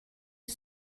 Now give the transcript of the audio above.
the